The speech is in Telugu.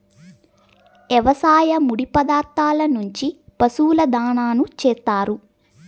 వ్యవసాయ ముడి పదార్థాల నుంచి పశువుల దాణాను చేత్తారు